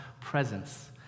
presence